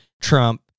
Trump